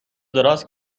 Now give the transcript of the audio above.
دراز